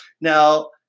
Now